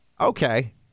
okay